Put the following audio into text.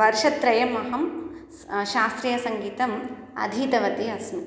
वर्षत्रयम् अहं स् शास्त्रीयसङ्गीतम् अधीतवती अस्मि